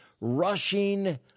rushing